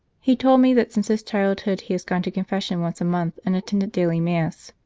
he told me that since his childhood he has gone to confession once a month, and attended daily mass.